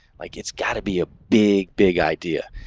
like it's got to be a big, big idea.